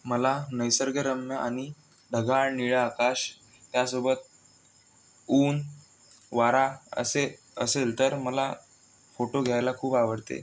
मला निसर्गरम्य आणि ढगाळ निळं आकाश त्यासोबत ऊन वारा असे असेल तर मला फोटो घ्यायला खूप आवडते